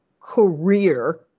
career